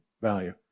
value